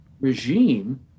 regime